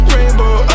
Rainbow